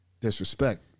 disrespect